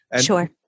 Sure